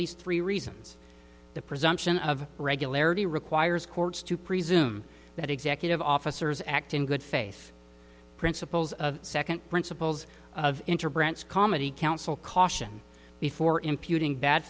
least three reasons the presumption of regularity requires courts to presume that executive officers act in good faith principles of second principles into brent's comedy counsel caution before imputing bad